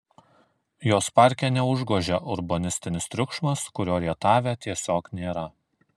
jos parke neužgožia urbanistinis triukšmas kurio rietave tiesiog nėra